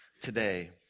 today